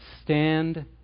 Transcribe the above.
Stand